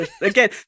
again